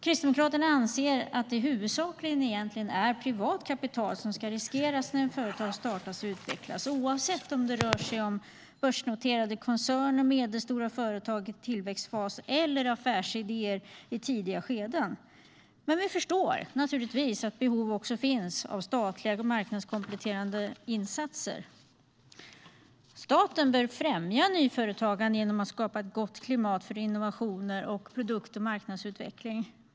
Kristdemokraterna anser att det huvudsakligen är privat kapital som ska riskeras när företag startas och utvecklas, oavsett om det rör sig om börsnoterade koncerner, medelstora företag i tillväxtfas eller affärsidéer i tidiga skeden. Men vi förstår naturligtvis att behov också finns av statliga marknadskompletterande insatser. Staten bör främja nyföretagande genom att skapa ett gott klimat för innovationer och produkt och marknadsutveckling.